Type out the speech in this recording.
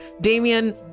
Damien